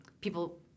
people